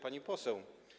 Pani Poseł!